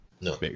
no